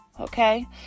okay